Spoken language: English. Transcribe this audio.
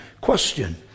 Question